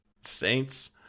Saints